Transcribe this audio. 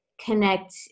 connect